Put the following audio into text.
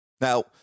Now